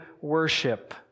worship